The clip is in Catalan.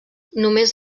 només